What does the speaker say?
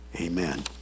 Amen